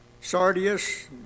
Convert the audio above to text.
sardius